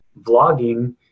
vlogging